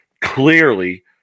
Clearly